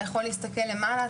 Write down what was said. אתה יכול להסתכל למעלה,